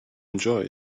enjoy